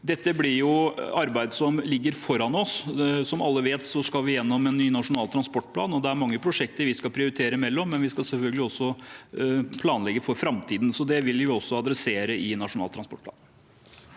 Dette er arbeid som ligger foran oss. Som alle vet, skal vi gjennom en ny nasjonal transportplan. Det er mange prosjekter vi skal prioritere mellom, men vi skal selvfølgelig også planlegge for framtiden. Det vil vi også ta opp i Nasjonal transportplan.